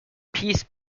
peace